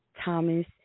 Thomas